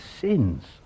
sins